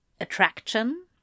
Attraction